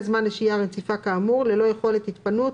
זמן לשהייה רציפה כאמור ללא יכולת התפנות,